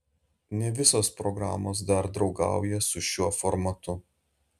ne visos programos dar draugauja su šiuo formatu